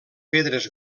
pedres